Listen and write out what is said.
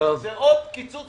זה עוד קיצוץ